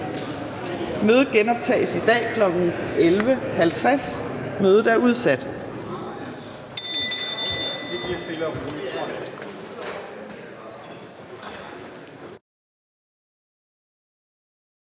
Mødet genoptages i dag kl. 11.50. Mødet er udsat.